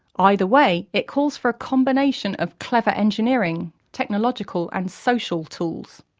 either way, it calls for a combination of clever engineering, technological and social tools.